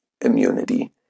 immunity